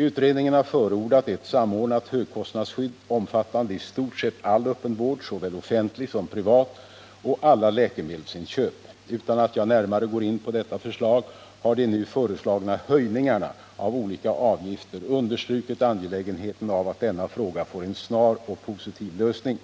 Utredningen har förordat ett samordnat högkostnadsskydd omfattande i stort sett all öppenvård — såväl offentlig som privat — och alla läkemedelsinköp. Utan att jag närmare går in på detta förslag har de nu föreslagna höjningarna av olika avgifter understrukit angelägenheten av att denna fråga får en snar och positiv lösning.